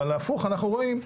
אבל הפוך אנחנו רואים,